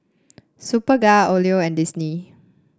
Superga Odlo and Disney